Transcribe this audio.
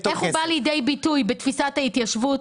איך הוא בא לידי ביטוי בתפיסת ההתיישבות.